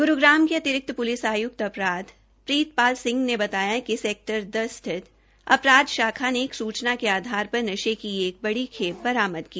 ग्रूग्राम के अतिरिक्त प्लिस आयुकत अपराध प्रीतपाल सिंह ने बताया कि सेक्टर दस स्थित अपराध शाख ने एक सूचना के आधार पर नशे की यह बड़ी खेप बरामद की